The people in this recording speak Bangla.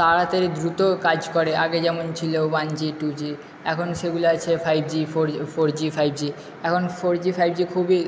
তাড়াতাড়ি দ্রুত কাজ করে আগে যেমন ছিল ওয়ান জি টু জি এখন সেগুলো আছে five G four four G five G এখন ফোর জি ফাইভ জি খুবই